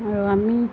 আৰু আমি